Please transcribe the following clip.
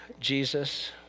Jesus